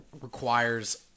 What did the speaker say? requires